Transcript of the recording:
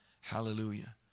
Hallelujah